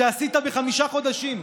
שעשית בחמישה חודשים.